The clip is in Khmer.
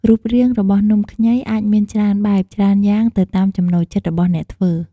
រូបរាងរបស់នំខ្ញីអាចមានច្រើនបែប ច្រើនយ៉ាងទៅតាមចំណូលចិត្តរបស់អ្នកធ្វើ។